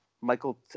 Michael